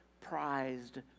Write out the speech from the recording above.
prized